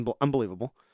Unbelievable